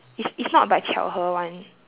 it's it's not by 巧合 [one]